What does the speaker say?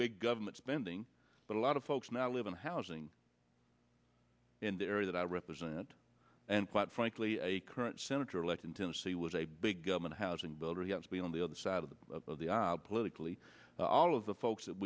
big government spending but a lot of folks now live in housing in the area that i represent and quite frankly a current senator elect in tennessee was a big government housing builder he has been on the other side of the of the absolutely all of the folks that